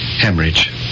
hemorrhage